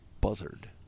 buzzard